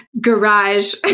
garage